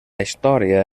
història